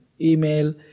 email